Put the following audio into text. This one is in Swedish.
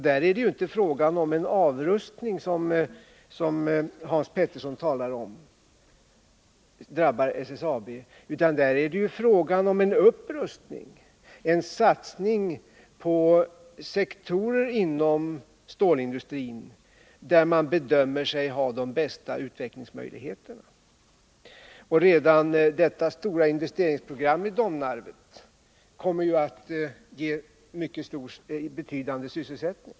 Där är det inte fråga om en, som Hans Petersson sade, avrustning som drabbar SSAB, utan där är det fråga om en upprustning, en satsning på sektorer inom stålindustrin, där man bedömer sig ha de bästa utvecklingsmöjligheterna. Redan detta stora investeringsprogram i Domnarvet kommer ju att ge mycket betydande sysselsättning.